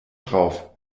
drauf